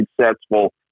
successful